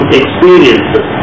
experiences